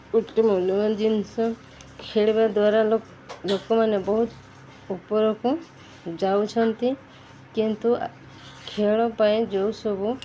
ଗୋଟେ ମୂଲ୍ୟବାନ ଜିନିଷ ଖେଳିବା ଦ୍ୱାରା ଲୋକମାନେ ବହୁତ ଉପରକୁ ଯାଉଛନ୍ତି କିନ୍ତୁ ଖେଳ ପାଇଁ ଯେଉଁ ସବୁ